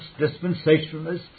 dispensationalists